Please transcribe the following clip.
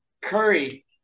Curry